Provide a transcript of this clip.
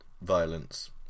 violence